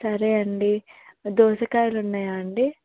సరే అండి దోసకాయలు ఉన్నాయా అండి